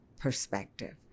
perspective